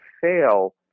fail